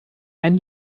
ein